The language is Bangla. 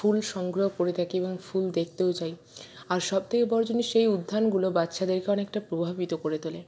ফুল সংগ্রহ করে থাকি এবং ফুল দেখতেও চাই আর সবথেকে বড়ো জিনিস সেই উদ্যানগুলো বাচ্ছাদেরকে অনেকটা প্রভাবিত করে তোলে